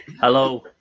Hello